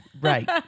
Right